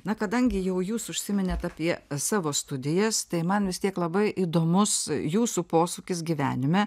na kadangi jau jūs užsiminėt apie savo studijas tai man vis tiek labai įdomus jūsų posūkis gyvenime